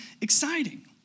exciting